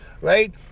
Right